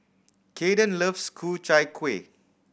Kayden loves Ku Chai Kueh